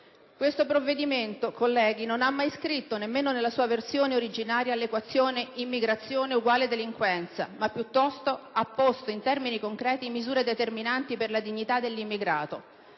Questo provvedimento, colleghi, non ha mai scritto, nemmeno nella sua versione originaria, l'equazione immigrazione uguale delinquenza, ma piuttosto ha posto in termini concreti misure determinanti per la dignità dell'immigrato.